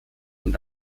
und